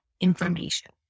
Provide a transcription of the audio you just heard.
information